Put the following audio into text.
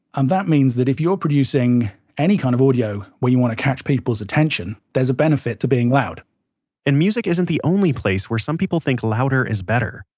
and that means that, if you're producing any kind of audio where you want to catch people's attention, there's a benefit to being loud and music isn't the only place where some people think louder is better.